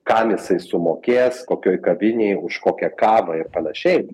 kam jisai sumokės kokioj kavinėj už kokią kavą ir panašiai